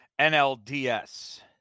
NLDS